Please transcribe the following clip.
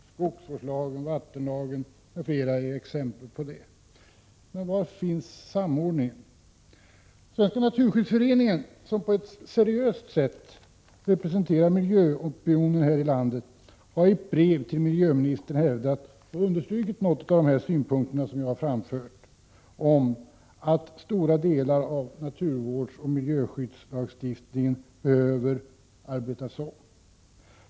Skogsvårdslagen, vattenlagen m.fl. är exempel på det. Men var finns samordningen? Svenska naturskyddsföreningen, som på ett seriöst sätt representerar miljöopinionen här i landet, har i ett brev till miljöministern hävdat och understrukit en del av de synpunkter som jag här har framfört om att stora delar av naturvårdsoch miljöskyddslagstiftningen behöver omarbetas.